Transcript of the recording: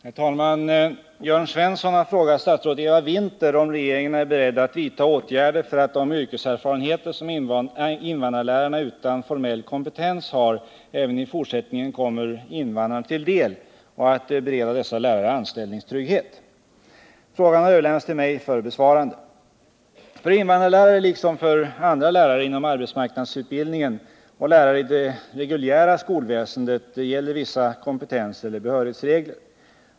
Herr talman! Jörn Svensson har frågat statsrådet Eva Winther om regeringen är beredd att vidta åtgärder för att de yrkeserfarenheter som invandrarlärarna utan formell kompetens har även i fortsättningen kommer invandrarna till del och att bereda dessa lärare anställningstrygghet. Frågan har överlämnats till mig för besvarande. För invandrarlärare liksom för andra lärare inom arbetsmarknadsutbildningen och lärare i det reguljära skolväsendet gäller vissa kompetenseller behörighetsregler.